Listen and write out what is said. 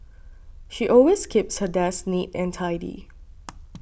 she always keeps her desk neat and tidy